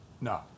No